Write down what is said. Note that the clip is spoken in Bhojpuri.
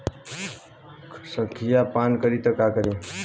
संखिया पान करी त का करी?